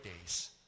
days